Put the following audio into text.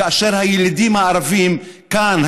כאשר הילידים הערבים כאן,